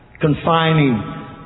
confining